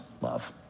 love